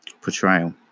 portrayal